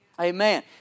Amen